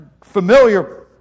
familiar